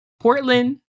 Portland